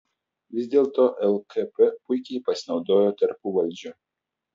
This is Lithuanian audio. vis dėlto lkp puikiai pasinaudojo tarpuvaldžiu